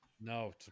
No